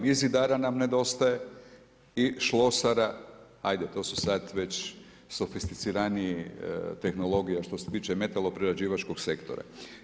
I zidara nam nedostaje i šlosara, ajde to su sad već sofisticiranije tehnologije što se tiče metalo-prerađivačkog sektora.